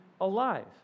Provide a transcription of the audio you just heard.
alive